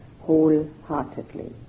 wholeheartedly